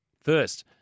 first